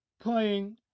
playing